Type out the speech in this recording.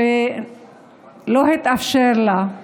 שלא התאפשר לה,